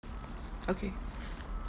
okay